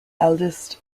eldest